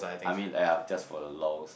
I meant !aiya! just for the Lols